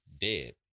dead